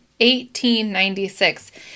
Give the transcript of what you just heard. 1896